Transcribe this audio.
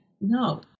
no